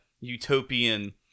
utopian